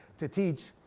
to teach.